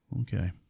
Okay